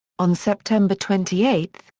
on september twenty eight,